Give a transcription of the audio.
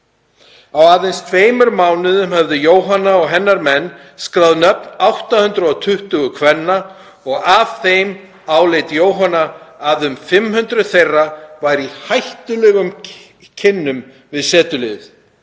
Á aðeins tveimur mánuðum höfðu Jóhanna og hennar menn skráð nöfn 820 kvenna og af þeim áleit Jóhanna að um 500 þeirra væru í hættulegum kynnum við setuliðið.